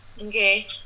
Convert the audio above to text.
Okay